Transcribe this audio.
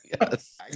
Yes